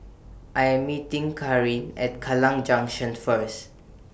I Am meeting Carin At Kallang Junction First